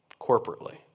corporately